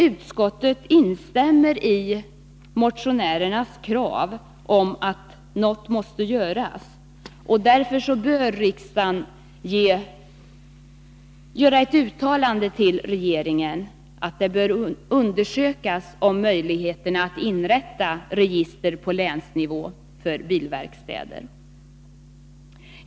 Utskottet instämmer i motionärernas krav att något måste göras. Därför bör riksdagen göra ett uttalande till regeringen om att möjligheterna att på länsnivå inrätta ett register för bilverkstäder bör undersökas.